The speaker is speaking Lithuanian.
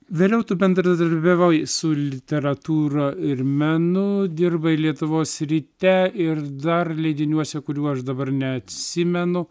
vėliau tu bendradarbiavai su literatūra ir menu dirbai lietuvos ryte ir dar leidiniuose kurių aš dabar neatsimenu